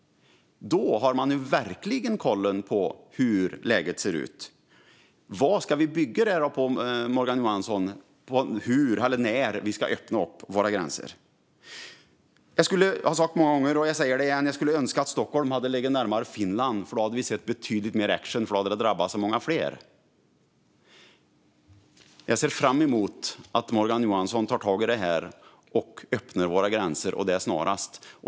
Då har man verkligen koll på hur läget ser ut. Vad ska vi bygga besluten på om hur och när vi ska öppna upp våra gränser, Morgan Johansson? Jag har sagt det många gånger, och jag säger det igen: Jag hade önskat att Stockholm legat närmare Finland. Då hade vi sett betydligt mer action, för då hade det drabbat så många fler. Jag ser fram emot att Morgan Johansson tar tag i det här och öppnar våra gränser, och det snarast.